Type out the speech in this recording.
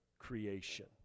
Creation